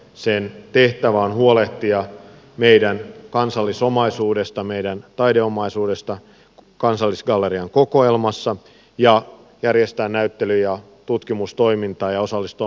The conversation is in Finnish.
sen tehtävä on huolehtia meidän kansallisomaisuudesta meidän taideomaisuudesta kansallisgallerian kokoelmassa ja järjestää näyttely ja tutkimustoimintaa ja osallistua museoalan kehittämiseen